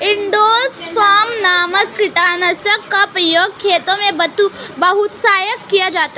endosulfan नामक कीटनाशक का प्रयोग खेतों में बहुतायत में किया जाता है